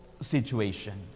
situation